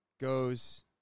goes